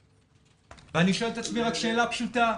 ואני שואל את עצמי שאלה פשוטה,